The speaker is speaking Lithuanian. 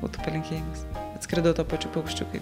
būtų palinkėjimas atskrido tuo pačiu paukščiukai